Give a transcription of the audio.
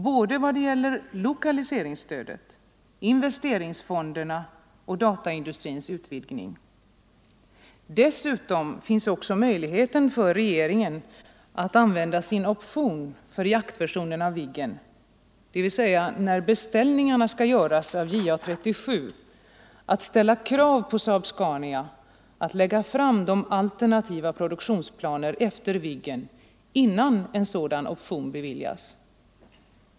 I vad gäller både lokaliseringsstödet och investeringsfonderna samt dataindustrins utvidgning. Dessutom finns också möjligheten för regeringen att använda sin option för jaktversionen av Viggen, dvs. när beställningarna skall göras av JA 37, att ställa krav på SAAB-Scania att lägga fram alternativa produktionsplaner efter Viggen innan en sådan option beviljas.